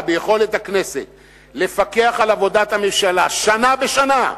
ביכולת הכנסת לפקח על עבודת הממשלה שנה בשנה,